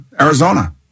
Arizona